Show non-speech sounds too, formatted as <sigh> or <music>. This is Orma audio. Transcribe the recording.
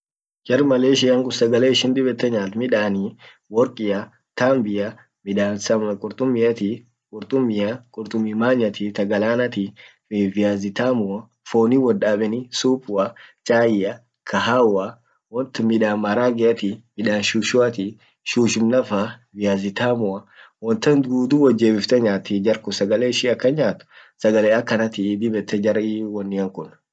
Jar Malaysian kun sagale ishin dib ete nyaat midani, workia, tambia, midan <unintelligible> qurtummiati, qurtumia, qurtummi manyati, tagalanati, viazi tamua, fonin wot dabeni, supua chaia, kahawa, wont midan maregeati, midan shushuati, shushum nafa, viazi tamua. won tan dudu wot jebifte nyaati. sagale ishin akan nyaat sagale akanati dib ete jarii wonian kun.